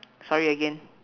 sorry again